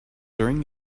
during